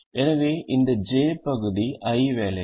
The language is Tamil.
எனவே இந்த j பகுதி i வேலைகள்